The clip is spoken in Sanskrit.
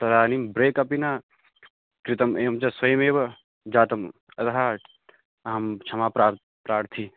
तदानीं ब्रेक् अपि न कृतम् एवं च स्वयमेव जातम् अतः अहं क्षमां प्र प्रार्थे